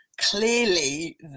clearly